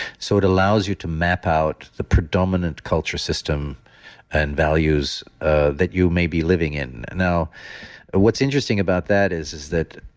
so it allows you to map out the predominant culture system and values ah that you may be living in. now what's interesting about that is is that